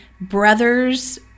brothers